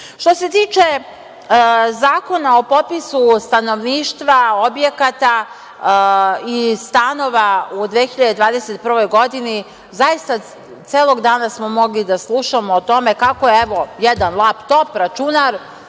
se tiče Zakona o popisu stanovništva objekata i stanova u 2021. godini, zaista celog dana smo mogli da slušamo o tome kako jedan laptop rešiće